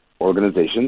organizations